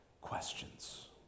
questions